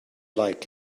like